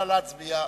נא להצביע.